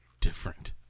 different